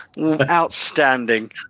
Outstanding